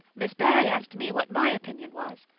miss barry asked me what my opinion was,